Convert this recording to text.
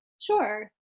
Sure